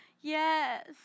yes